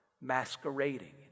masquerading